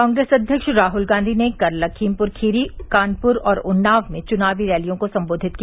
कांग्रेस अध्यक्ष राहुल गांधी ने कल लखीमपुर खीरी कानपुर और उन्नाव में चुनावी रैलियों को संबोधित किया